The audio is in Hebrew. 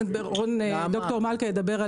ד"ר מלכא ידבר,